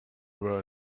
were